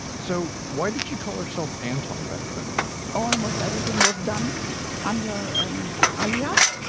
so why did she call herself anton back then almost everything was done under an alias.